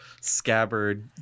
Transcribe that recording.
scabbard